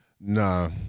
Nah